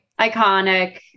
Iconic